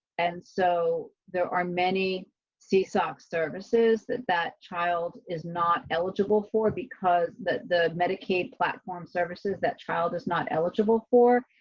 and so there are many see soc services that that child is not eligible for because the the medicaid platform services that child is not eligible for,